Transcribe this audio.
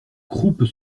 croupes